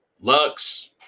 Lux